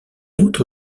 autre